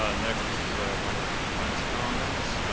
ah next this is a rendering of lentz commons.